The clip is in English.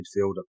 midfielder